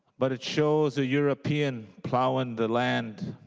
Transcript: but it shows the european plowing the land